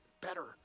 better